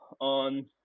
on